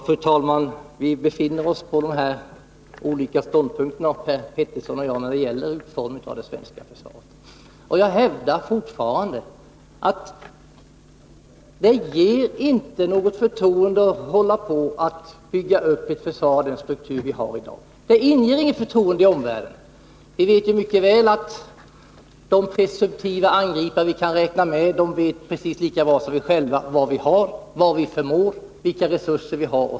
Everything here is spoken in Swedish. Fru talman! Per Petersson och jag befinner oss på de här olika ståndpunkterna när det gäller utformningen av det svenska försvaret, och jag hävdar fortfarande att det inte ger något förtroende att hålla på och bygga upp ett försvar av den struktur vi har i dag. Det inger inget förtroende i omvärlden. Vi vet mycket väl att vårt lands presumtiva angripare vet lika bra som vi själva vad vi har, vad vi förmår, vilka resurser vi har.